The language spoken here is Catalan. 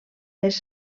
les